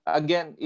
again